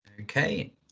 Okay